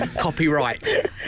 Copyright